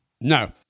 No